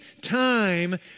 time